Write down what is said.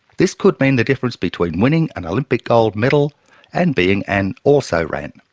this could mean the difference between winning an olympic gold medal and being an also-ran.